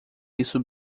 isso